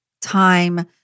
time